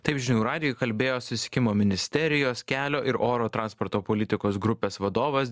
taip žinių radijui kalbėjo susisiekimo ministerijos kelio ir oro transporto politikos grupės vadovas